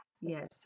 Yes